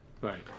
Right